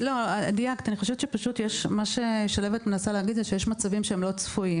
מה ששלהבת מנסה להגיד זה שיש מצבים שאינם צפויים,